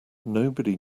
nobody